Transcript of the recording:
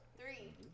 Three